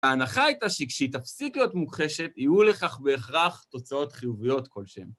ההנחה הייתה שהיא תפסיק להיות מוחשת, יהיו לכך בהכרח תוצאות חיוביות כלשהם.